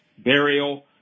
Burial